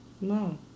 No